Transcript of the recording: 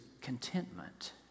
contentment